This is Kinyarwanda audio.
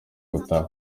gutaha